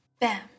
Bam